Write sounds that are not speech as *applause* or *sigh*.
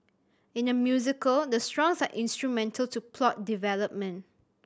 in a musical the *unintelligible* are instrumental to plot development